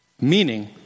meaning